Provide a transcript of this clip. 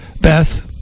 Beth